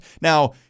Now